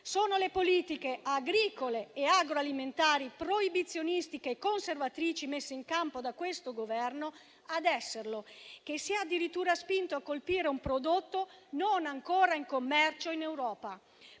sono le politiche agricole e agroalimentari proibizionistiche e conservatrici ad esserlo, quelle messe in campo da questo Governo, che si è addirittura spinto a colpire un prodotto non ancora in commercio in Europa.